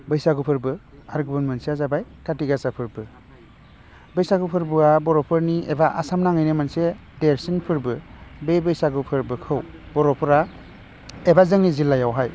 बैसागु फोरबो आरो गुबुन मोनसेआ जाबाय कार्ति गासा फोरबो बैसागु फोरबोआ बर'फोरनि एबा आसाम नाङैनो मोनसे देरसिन फोरबो बे बैसागु फोरबोखौ बर'फोरा एबा जोंनि जिल्लायावहाय